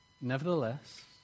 Nevertheless